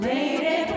Lady